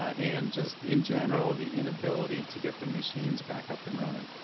ah and just in general, the inability to get the machines back up and running.